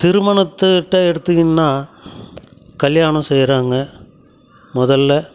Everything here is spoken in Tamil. திருமணத்தட்ட எடுத்தீங்கன்னால் கல்யாணம் செய்கிறாங்க முதல்ல